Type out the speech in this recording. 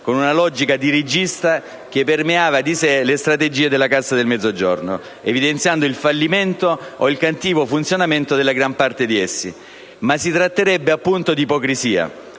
con una logica dirigista che permeava di sé le strategie della Cassa del Mezzogiorno, evidenziando il fallimento o il cattivo funzionamento della gran parte di essi; ma si tratterebbe, appunto, di ipocrisia!